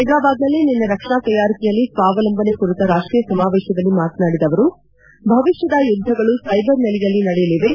ಹೈದರಾಬಾದ್ನಲ್ಲಿ ನಿನ್ನ ರಕ್ಷಣಾ ತಯಾರಿಕೆಯಲ್ಲಿ ಸ್ವಾವಲಂಬನೆ ಕುರಿತ ರಾಷ್ಟೀಯ ಸಮಾವೇಶದಲ್ಲಿ ಮಾತನಾಡಿದ ಅವರು ಭವಿಷ್ಠದ ಯುದ್ಧಗಳು ಸೈಬರ್ ನೆಲೆಯಲ್ಲಿ ನಡೆಯಲಿವೆ